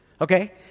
Okay